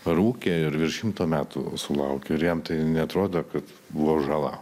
rūkė ir virš šimto metų sulaukė ir jam tai neatrodo kad buvo žala